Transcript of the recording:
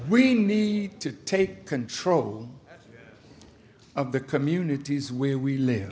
we need to take control of the communities where we live